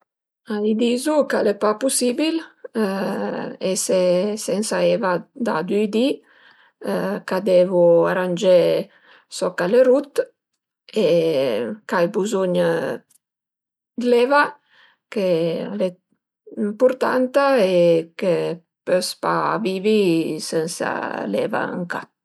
Li dizu che al e pa pusibil ese sensa eva da düi di, ch'a devu rangé soch al e rut e ch'ai buzugn dë l'eva, ch'al e ëmpurtanta e chë pös pa vivi sensa l'eva ën ca